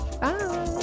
Bye